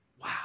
Wow